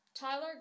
Tyler